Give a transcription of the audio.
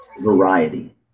variety